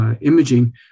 imaging